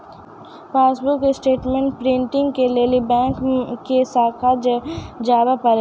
passbook statement printing के लेली अपनो बैंको के शाखा जाबे परै छै